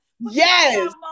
Yes